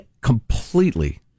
completely